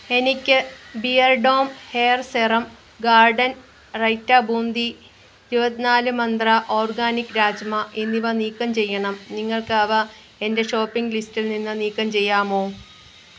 എനിക്ക് ബിയർഡോം hair serum garden റൈറ്റ ബൂന്തി ഇരുപത്തി നാല് മന്ത്ര ഓർഗാനിക് രാജ്മ എന്നിവ നീക്കം ചെയ്യണം നിങ്ങൾക്ക് അവ എന്റെ ഷോപ്പിംഗ് ലിസ്റ്റിൽ നിന്ന് നീക്കം ചെയ്യാമോ